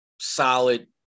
solid